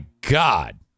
God